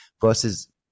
versus